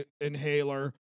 inhaler